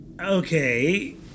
Okay